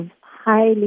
highly